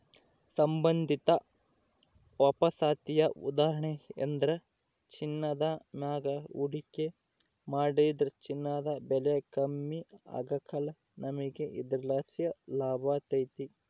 ಸಂಬಂಧಿತ ವಾಪಸಾತಿಯ ಉದಾಹರಣೆಯೆಂದ್ರ ಚಿನ್ನದ ಮ್ಯಾಗ ಹೂಡಿಕೆ ಮಾಡಿದ್ರ ಚಿನ್ನದ ಬೆಲೆ ಕಮ್ಮಿ ಆಗ್ಕಲ್ಲ, ನಮಿಗೆ ಇದರ್ಲಾಸಿ ಲಾಭತತೆ